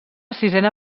sisena